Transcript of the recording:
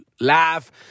laugh